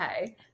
okay